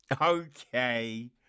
Okay